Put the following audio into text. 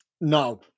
No